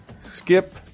Skip